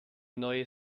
neue